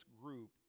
group